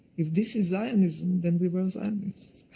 if this is zionism, then we were zionists.